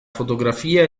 fotografia